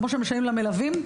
כמו שמשלמים למלווים,